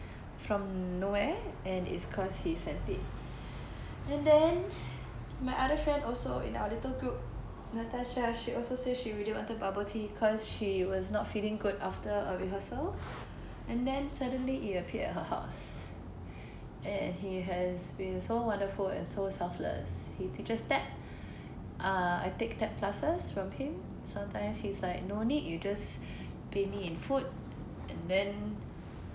from nowhere and it's cause he sent it and then my other friend also in our little group natasha she also said she really wanted bubble tea cause she was not feeling good after her rehearsal and then suddenly it appeared at her house and he has been so wonderful and so selfless he teaches tap uh I take tap classes from him sometimes he's like no need you just pay me in food and then